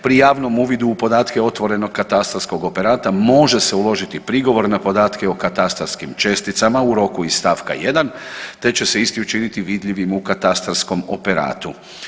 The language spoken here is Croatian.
Pri javnom uvidu u podatke otvorenog katastarskog operata može se uložiti prigovor na podatke o katastarskim česticama u roku iz stavka 1., te će se isti učiniti vidljivim u katastarskom operatu.